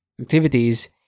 activities